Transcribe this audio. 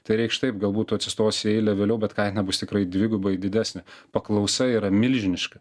tai reikš taip galbūt tu atsistos į eilę vėliau bet kaina bus tikrai dvigubai didesnė paklausa yra milžiniška